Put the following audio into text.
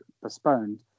postponed